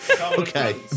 Okay